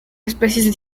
especies